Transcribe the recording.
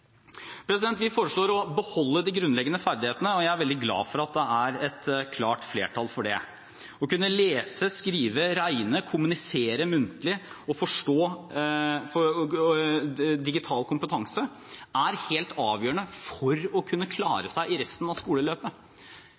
Vi foreslår å beholde de grunnleggende ferdighetene, og jeg er veldig glad for at det er et klart flertall for det. Å kunne lese, skrive, regne, kommunisere muntlig og ha digital kompetanse er helt avgjørende for å kunne klare seg i resten av skoleløpet.